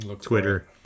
Twitter